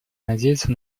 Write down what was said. надеется